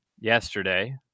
yesterday